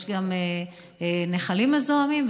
יש גם נחלים מזוהמים,